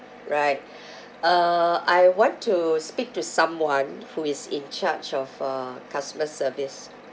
right uh I want to speak to someone who is in charge of uh customer service